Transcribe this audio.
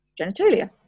genitalia